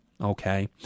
okay